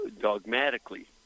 dogmatically